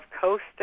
Coast